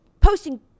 posting